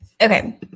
Okay